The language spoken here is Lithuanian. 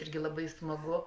irgi labai smagu